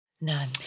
None